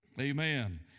Amen